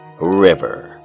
River